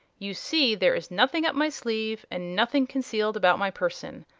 you see, there is nothing up my sleeve and nothing concealed about my person.